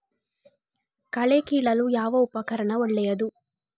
ಕಳೆ ಕೀಳಲು ಯಾವ ಉಪಕರಣ ಒಳ್ಳೆಯದು?